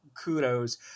kudos